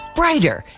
brighter